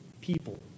people